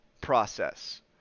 process